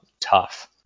tough